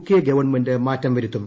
K government മാറ്റം വരുത്തും